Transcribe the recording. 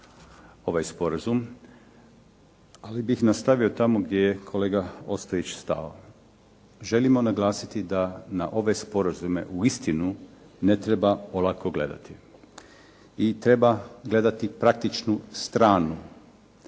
ovaj sporazum ali bih nastavio tamo gdje je kolega Ostojić stao. Želimo naglasiti da na ove sporazume uistinu ne treba olako gledati i treba gledati praktičnu stranu.